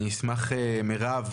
אני אשמח לשמוע את מירב,